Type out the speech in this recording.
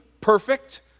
perfect